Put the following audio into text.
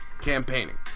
campaigning